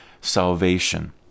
salvation